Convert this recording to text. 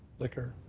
liquor,